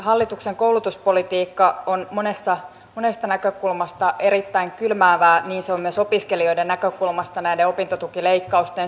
hallituksen koulutuspolitiikka on monesta näkökulmasta erittäin kylmäävää niin se on myös opiskelijoiden näkökulmasta näiden opintotukileikkausten suhteen